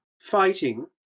fighting